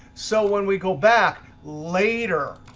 so when we go back later,